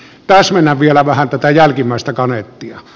täsmennän vielä vähän tätä jälkimmäistä kaneettia